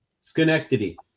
Schenectady